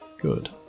Good